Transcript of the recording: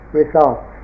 results